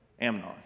Amnon